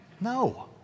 No